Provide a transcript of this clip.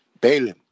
Balaam